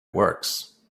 works